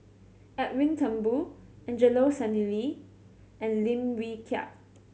Edwin Thumboo Angelo Sanelli and Lim Wee Kiak